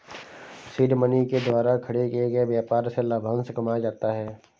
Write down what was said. seed money के द्वारा खड़े किए गए व्यापार से लाभांश कमाया जाता है